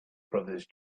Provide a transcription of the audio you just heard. brothers